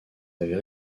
avaient